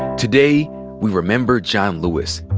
today we remember john lewis.